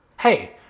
Hey